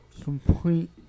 complete